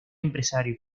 empresario